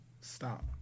stop